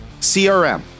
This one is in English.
CRM